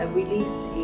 released